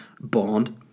bond